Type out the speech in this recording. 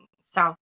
South